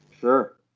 Sure